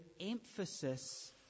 emphasis